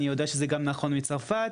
אני יודע שזה גם נכון מצרפת,